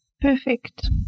perfect